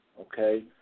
Okay